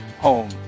home